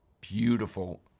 Beautiful